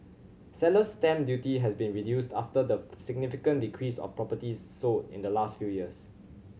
seller's stamp duty has been reduced after the significant decrease of properties sold in the last few years